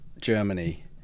Germany